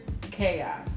chaos